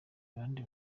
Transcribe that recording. bande